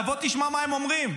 תבוא, תשמע מה הם אומרים.